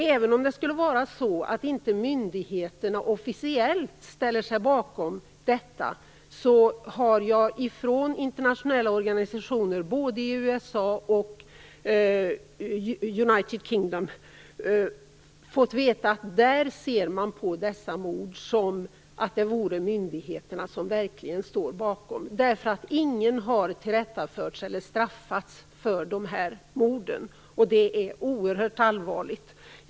Även om myndigheterna officiellt inte skulle ställa sig bakom detta, har jag från internationella organisationer i både USA och Storbritannien fått veta att man där ser på dessa mord som om det vore myndigheterna som verkligen stod bakom dem. Det är nämligen ingen som har tillrättaförts eller straffats för de här morden. Det är oerhört allvarligt.